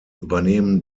übernehmen